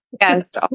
Yes